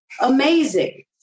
amazing